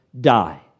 die